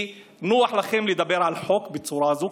נוח לכם לדבר על חוק בצורה הזאת,